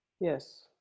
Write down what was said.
Yes